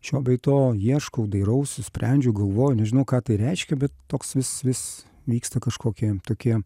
šio bei to ieškau dairausi sprendžiu galvoju nežinau ką tai reiškia bet toks vis vis vyksta kažkokie tokie